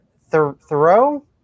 Thoreau